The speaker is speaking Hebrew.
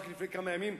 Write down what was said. רק לפני כמה ימים,